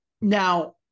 Now